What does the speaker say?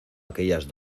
aquellas